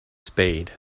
spade